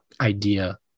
idea